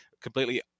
completely